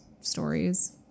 stories